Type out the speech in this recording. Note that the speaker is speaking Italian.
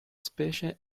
specie